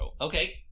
Okay